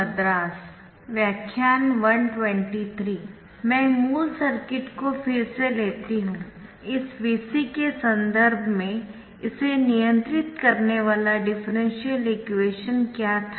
मैं मूल सर्किट को फिर से लेती हूँ इस Vc के संदर्भ में इसे नियंत्रित करने वाला डिफरेंशियल इक्वेशन क्या था